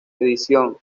edición